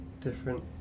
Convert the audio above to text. different